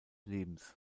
lebens